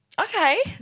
Okay